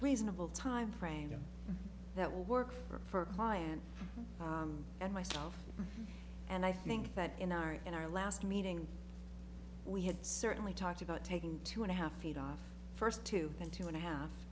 reasonable timeframe that will work for a client and myself and i think that in our in our last meeting we had certainly talked about taking two and a half feet off first two and two and a half